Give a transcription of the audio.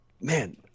man